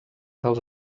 dels